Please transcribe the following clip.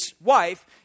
wife